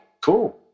Cool